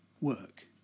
work